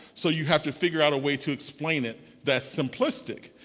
so you have to figure out a way to explain it that's simplistic.